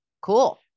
Cool